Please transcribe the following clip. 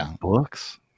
books